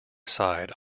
side